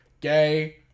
gay